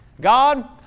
God